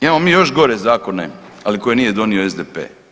Imamo mi još gore zakone, ali koje nije donio SDP.